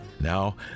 Now